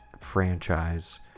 franchise